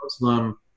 Muslim